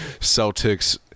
celtics